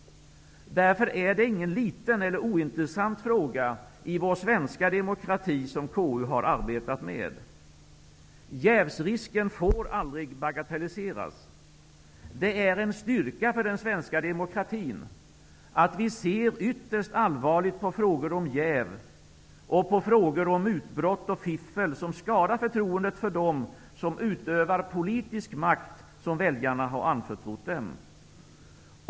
Därför är det ingen liten eller ointresssant fråga i vår svenska demokrati som KU har arbetat med. Jävsrisken får aldrig bagatelliseras. Det är en styrka för den svenska demokratin att vi ser ytterst allvarligt på frågor om jäv, mutbrott och fiffel som skadar förtroendet för dem som utövar den politiska makt som väljarna har anförtrott dem.